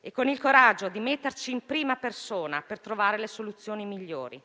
e con il coraggio di esporci in prima persona per trovare le soluzioni migliori.